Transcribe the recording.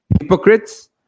hypocrites